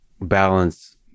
balance